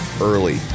early